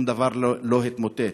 שום דבר לא התמוטט.